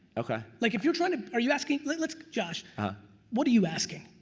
okay like if you're trying to. are you asking. let's. josh ah what are you asking?